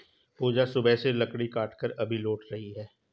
पूजा सुबह से लकड़ी काटकर अभी लौट रही है